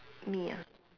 me ah